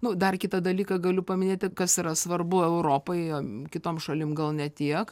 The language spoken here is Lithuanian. nu dar kitą dalyką galiu paminėti kas yra svarbu europai kitom šalim gal ne tiek